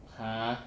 !huh!